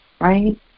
right